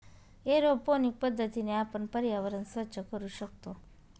aeroponic पद्धतीने आपण पर्यावरण स्वच्छ करू शकतो